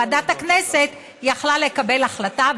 ועדת הכנסת יכלה לקבל החלטה,